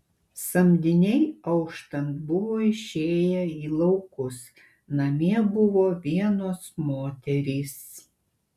samdiniai auštant buvo išėję į laukus namie buvo vienos moterys